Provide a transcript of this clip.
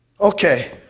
Okay